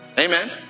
Amen